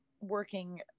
working